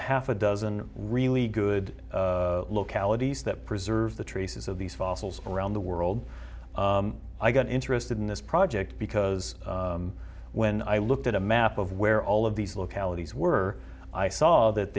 half a dozen really good localities that preserve the traces of these fossils from around the world i got interested in this project because when i looked at a map of where all of these localities were i saw that